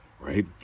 Right